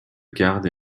gardes